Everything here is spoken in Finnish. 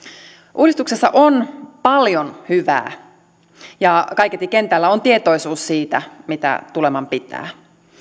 uudistuksessa on paljon hyvää ja kaiketi kentällä on tietoisuus siitä mitä tuleman pitää